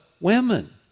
women